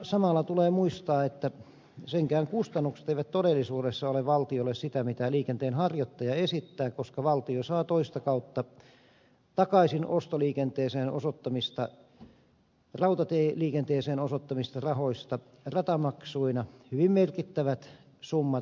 samalla tulee muistaa että senkään kustannukset eivät todellisuudessa ole valtiolle sitä mitä liikenteenharjoittaja esittää koska valtio saa toista kautta takaisin ostoliikenteeseen osoittamistaan rautatieliikenteeseen osoittamistaan rahoista ratamaksuina hyvin merkittävät summat